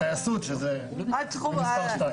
כייסות זה מספר שתיים.